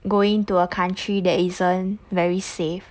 going to a country that isn't very safe